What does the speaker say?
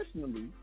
personally